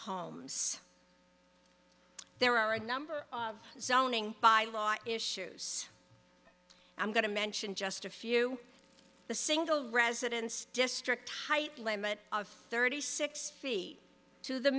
homes there are a number of zoning by law issues i'm going to mention just a few the single residence district height limit of thirty six feet to the